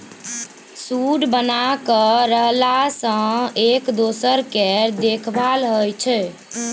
झूंड बना कय रहला सँ एक दोसर केर देखभाल होइ छै